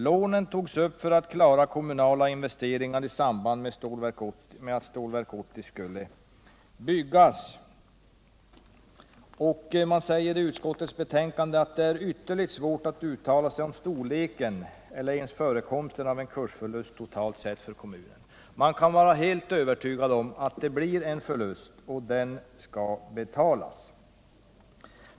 Lånen togs ju upp för att klara kommunala investeringar i samband med att Stålverk 80 skulle byggas. Nu sägs i utskottets betänkande att det är ytterligt svårt att uttala sig om storleken eller ens förekomsten av en kursförlust totalt sett för kommunen. Jag vill framhålla att man kan vara helt övertygad om att det blir en förlust, och den måste betalas.